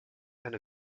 and